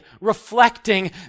reflecting